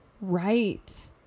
Right